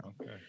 Okay